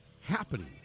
happening